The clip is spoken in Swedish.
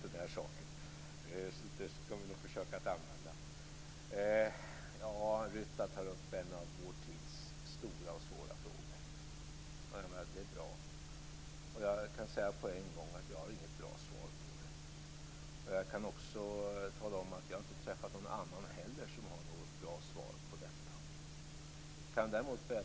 Det är orimligt att kortsiktiga spekulationer i ett slag skall radera bort årtionden av samhällsbyggnadsarbete. Det är orimligt. Det kan ingen ansvarig politiker någonstans leva med.